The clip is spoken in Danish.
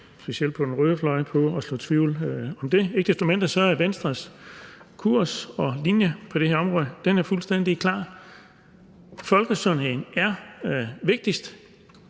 specielt på den røde fløj, på at så tvivl om det. Ikke desto mindre er Venstres kurs og linje på det her område fuldstændig klar. Folkesundheden er vigtigst.